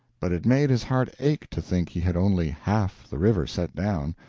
but it made his heart ache to think he had only half the river set down,